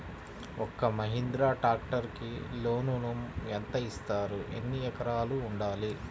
ఒక్క మహీంద్రా ట్రాక్టర్కి లోనును యెంత ఇస్తారు? ఎన్ని ఎకరాలు ఉండాలి?